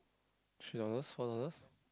three dollars four dollars